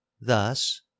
Thus